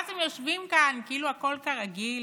ואז הם יושבים כאן כאילו הכול כרגיל.